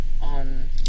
on